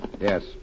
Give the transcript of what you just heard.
Yes